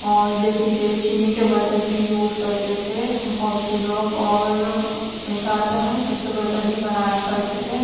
اور جیسے کہ چینی کے برتن بھی یوز کرتے تھے بہت سے لوگ اور انسان اپنے ہاتھوں سے برتن ہی بنایا کرتے تھے